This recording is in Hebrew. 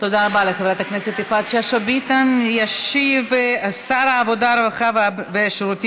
2. בשנת